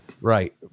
Right